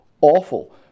awful